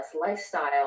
lifestyle